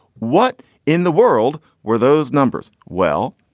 what in the world were those numbers? well,